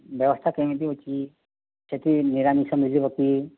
ବ୍ୟବସ୍ଥା କେମତି ଅଛି ସେଠି ନିରାମିଷ ମିଳିବ କି